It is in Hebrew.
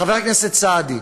חבר הכנסת סעדי,